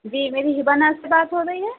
جی میری ہبا ناز سے بات ہو رہی ہے